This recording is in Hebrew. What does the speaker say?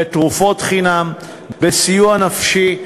בתרופות חינם ובסיוע נפשי,